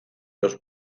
dos